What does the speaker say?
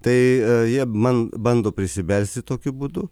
tai jie man bando prisibelsti tokiu būdu